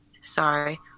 Sorry